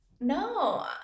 No